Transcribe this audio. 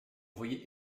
voyez